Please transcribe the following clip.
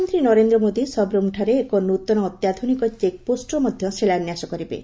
ପ୍ରଧାନମନ୍ତ୍ରୀ ନରେନ୍ଦ୍ର ମୋଦି ସବ୍ରୁମ୍ଠାରେ ଏକ ନୂତନ ଅତ୍ୟାଧୁନିକ ଚେକ୍ପୋଷ୍ଟର ମଧ୍ୟ ଶିଳାନ୍ୟାସ କରିବେ